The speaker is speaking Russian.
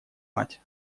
мать